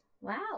Wow